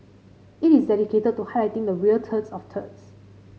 it is dedicated to highlighting the real turds of turds